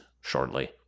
shortly